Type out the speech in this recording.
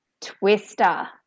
Twister